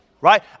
Right